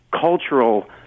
cultural